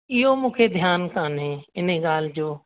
इहो मूंखे ध्यानु कान्हे हिन ॻाल्हि जो